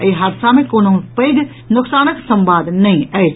एहि हादसा मे कोनहुँ पैघ नोकसानक संवाद नहि अछि